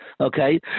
Okay